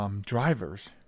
drivers